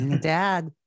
dad